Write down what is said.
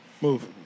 move